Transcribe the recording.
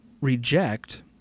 reject